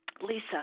lisa